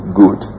good